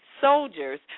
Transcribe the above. soldiers